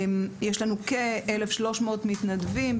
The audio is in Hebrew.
יש לנו כ-1,300 מתנדבים,